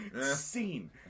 scene